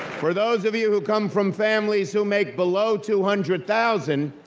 for those of you who come from families who make below two hundred thousand,